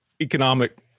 economic